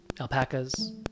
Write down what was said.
alpacas